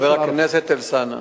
חבר הכנסת אלסאנע,